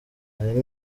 nari